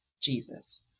Jesus